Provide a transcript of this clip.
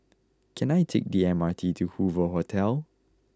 can I take the M R T to Hoover Hotel